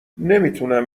نمیتونم